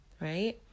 Right